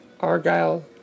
Argyle